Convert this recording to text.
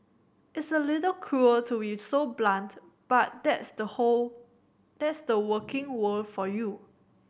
it's a little cruel to be so blunt but that's the whole that's the working world for you